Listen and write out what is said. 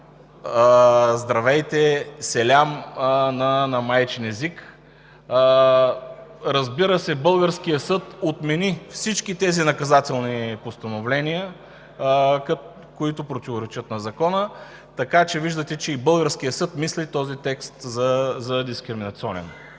„Здравейте“ – „Селям“ на майчин език. Разбира се, българският съд отмени всички наказателни постановления, които противоречат на закона. Виждате, че и българският съд мисли този текст за дискриминационен.